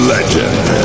Legend